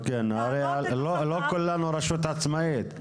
לא כולם רשות עצמאית.